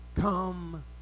come